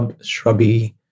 shrubby